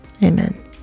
Amen